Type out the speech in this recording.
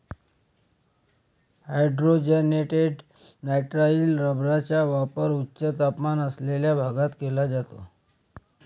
hydrogenated nitrile रबरचा वापर उच्च तापमान असलेल्या भागात केला जातो